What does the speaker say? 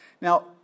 Now